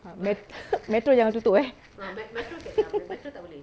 ah Met~ Metro jangan tutup eh